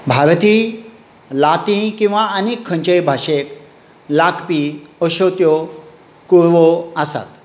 भारतीय लातीन किंवा आनी खंयचेय भाशेक लागपी अश्यो त्यो कुरवो आसात